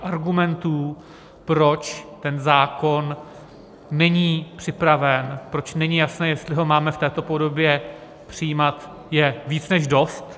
Argumentů, proč ten zákon není připraven, proč není jasné, jestli ho máme v této podobě přijímat, je víc než dost.